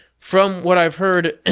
from what i've heard, and